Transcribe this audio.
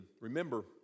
Remember